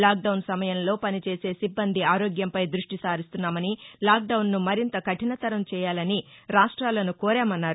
lockdown సమయంలో పనిచేసే సిబ్బంది ఆరోగ్యంపై దృష్టిసారిస్తున్నామని లాక్డౌన్ను మరింత కఠినతరం చేయాలని రాష్ట్రాలను కోరామన్నారు